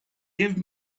gave